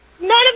None